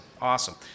Awesome